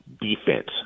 defense